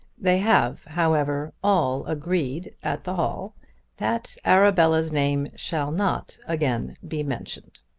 they have, however, all agreed at the hall that arabella's name shall not again be mentioned.